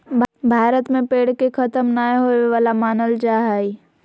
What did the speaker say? भारत में पेड़ के खतम नय होवे वाला मानल जा हइ